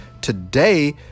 today